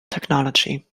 technology